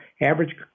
Average